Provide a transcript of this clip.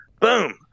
Boom